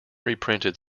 reprinted